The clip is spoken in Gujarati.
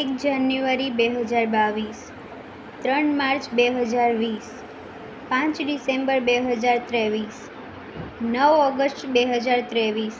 એક જાન્યુઆરી બે હજાર બાવીસ ત્રણ માર્ચ બે હજાર વીસ પાંચ ડિસેમ્બર બે હજાર ત્રેવીસ નવ ઑગસ્ટ બે હજાર ત્રેવીસ